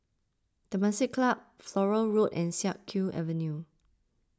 Temasek Club Flora Road and Siak Kew Avenue